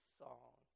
song